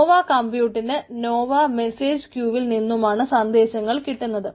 നോവാ കംപ്യൂട്ടിന് Nova message ക്യൂവിൽ നിന്നുമാണ് സന്ദേശങ്ങൾ കിട്ടുന്നത്